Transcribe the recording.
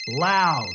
loud